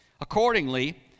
Accordingly